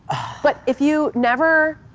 but if you never